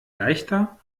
leichter